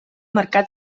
mercat